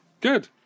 Good